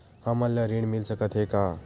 हमन ला ऋण मिल सकत हे का?